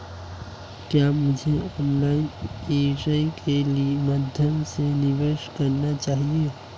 क्या मुझे online apps के माध्यम से निवेश करना चाहिए?